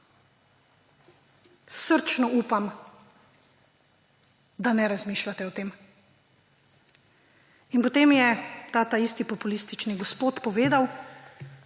Srčno upam, da ne razmišljate o tem. In potem je taisti populistični gospod povedal,